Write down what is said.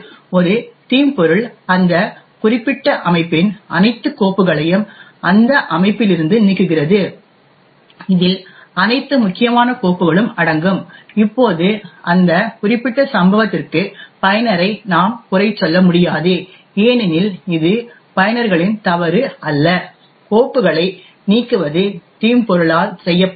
இப்போது ஒரு தீம்பொருள் அந்த குறிப்பிட்ட அமைப்பின் அனைத்து கோப்புகளையும் அந்த அமைப்பிலிருந்து நீக்குகிறது இதில் அனைத்து முக்கியமான கோப்புகளும் அடங்கும் இப்போது அந்த குறிப்பிட்ட சம்பவத்திற்கு பயனரை நாம் குறை சொல்ல முடியாது ஏனெனில் இது பயனர்களின் தவறு அல்ல கோப்புகளை நீக்குவது தீம்பொருளால் செய்யப்பட்டது